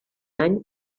any